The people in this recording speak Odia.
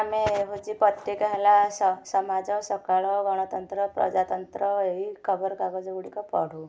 ଆମେ ହଉଛି ପତ୍ରିକା ହେଲା ସମାଜ ସକାଳ ଗଣତନ୍ତ୍ର ପ୍ରଜାତନ୍ତ୍ର ଏହି ଖବର କାଗଜ ଗୁଡ଼ିକ ପଢ଼ୁ